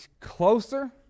closer